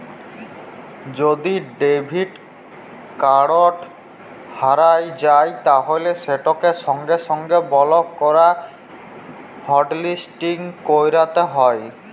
যদি debit card হারাঁয় যায় তাইলে সেটকে সঙ্গে সঙ্গে বলক বা হটলিসটিং ক্যইরতে হ্যয়